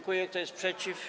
Kto jest przeciw?